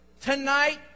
tonight